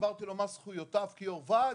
הסברתי לו מה זכויותיו כיו"ר ועד,